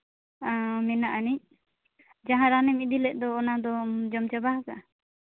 ᱢᱮᱱᱟᱜᱼᱟ ᱟᱹᱱᱤᱡ ᱡᱟᱦᱟᱸ ᱨᱟᱱᱮᱢ ᱤᱫᱤ ᱞᱮᱫ ᱫᱚ ᱚᱱᱟ ᱫᱚᱢ ᱡᱚᱢ ᱪᱟᱵᱟ ᱦᱟᱠᱟᱜᱼᱟ